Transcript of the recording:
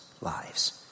lives